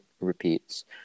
repeats